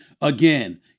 Again